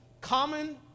common